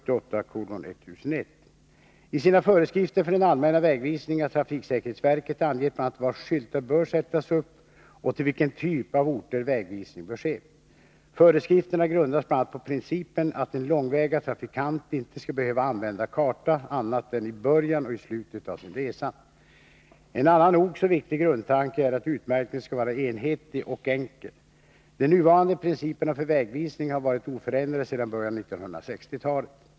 I sina föreskrifter för den allmänna vägvisningen har trafiksäkerhetsverket angett bl.a. var skyltar bör sättas upp och till vilken typ av orter vägvisning bör ske. Föreskrifterna grundas bl.a. på principen att en långväga trafikant inte skall behöva använda karta annat än i början och i slutet av sin resa. En annan nog så viktig grundtanke är att utmärkningen skall vara enhetlig och enkel. De nuvarande principerna för vägvisning har varit oförändrade sedan början av 1960 talet.